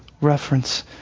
reference